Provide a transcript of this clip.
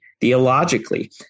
theologically